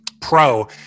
pro